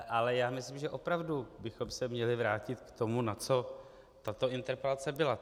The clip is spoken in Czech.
Ale já myslím, že opravdu bychom se měli vrátit k tomu, na co tato interpelace byla.